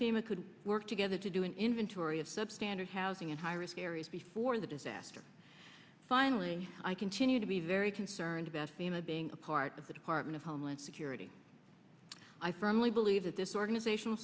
fame it could work together to do an inventory of substandard housing and high risk areas before the disaster finally i continue to be very concerned about family being a part of the department of homeland security i firmly believe that this organizational